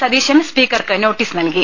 സതീശൻ സ്പീക്കർക്ക് നോട്ടീസ് നൽകി